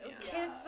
Kids